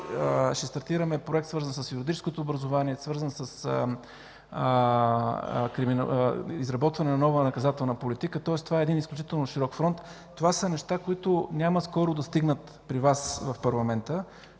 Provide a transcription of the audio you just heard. Ще стартираме и проект, свързан с юридическото образование, свързан с изработване на нова наказателна политика. Тоест, това е един изключително широк фронт. Това са неща, които няма скоро да стигнат при Вас в парламента,